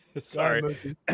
Sorry